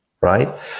right